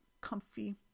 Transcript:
comfy